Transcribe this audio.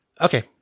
Okay